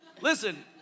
Listen